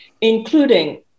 including